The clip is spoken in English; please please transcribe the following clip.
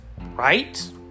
Right